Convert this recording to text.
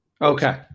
Okay